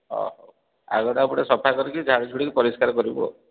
ହଁ ହୋଉ ଆଗଟା ସଫାକରିକି ଝାଡ଼ି ଝୁଡ଼ିକି ପରିଷ୍କାର କରିବୁ ଆଉ